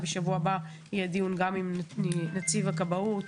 בשבוע הבא יהיה דיון גם עם נציב הכבאות